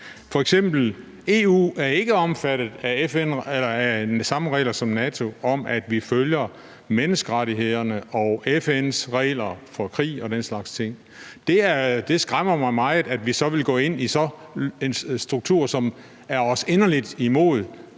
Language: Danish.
F.eks. er EU ikke omfattet af de samme regler som NATO om, at vi følger menneskerettighederne og FN's regler for krig og den slags ting. Det skræmmer mig meget, at vi så vil gå ind i en struktur, som principielt er os inderligt imod,